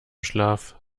schlaf